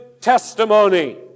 testimony